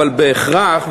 אבל בהכרח,